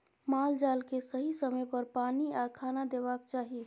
माल जाल केँ सही समय पर पानि आ खाना देबाक चाही